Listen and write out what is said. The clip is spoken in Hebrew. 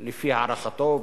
שלפי הערכתו,